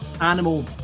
animal